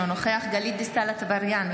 אינו נוכח גלית דיסטל אטבריאן,